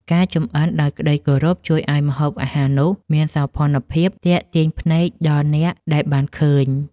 ការចម្អិនដោយក្តីគោរពជួយឱ្យម្ហូបអាហារនោះមានសោភ័ណភាពទាក់ទាញភ្នែកដល់អ្នកដែលបានឃើញ។